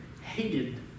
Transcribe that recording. hated